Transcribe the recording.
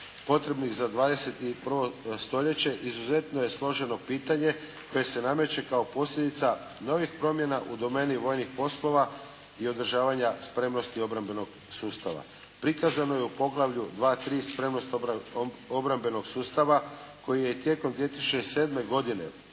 potrebnih za 21. stoljeće, izuzetno je složeno pitanje koje se nameće kao posljedica novih promjena u domeni vojnih poslova i održavanja spremnosti obrambenog sustava. Prikazano u poglavlju dva, tri "Spremnost obrambenog sustava" koji je i tijekom 2007. godine